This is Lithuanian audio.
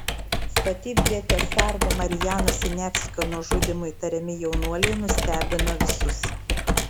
statybvietės sargo marijano siniavskio nužudymu įtariami jaunuoliai nustebino visus